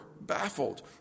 baffled